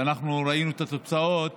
ואנחנו ראינו את התוצאות